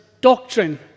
doctrine